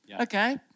Okay